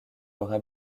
laura